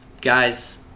guys